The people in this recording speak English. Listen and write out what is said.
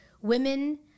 women